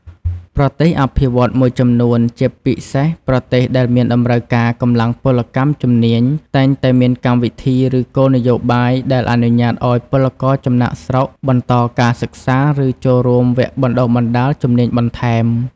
ប្រទេសអភិវឌ្ឍន៍មួយចំនួន ជាពិសេសប្រទេសដែលមានតម្រូវការកម្លាំងពលកម្មជំនាញ តែងតែមានកម្មវិធី ឬគោលនយោបាយដែលអនុញ្ញាតឱ្យពលករចំណាកស្រុកបន្តការសិក្សា ឬចូលរួមវគ្គបណ្ដុះបណ្ដាលជំនាញបន្ថែម។